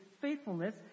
faithfulness